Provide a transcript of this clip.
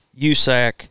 USAC